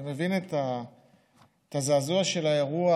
אני מבין את הזעזוע של האירוע,